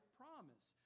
promise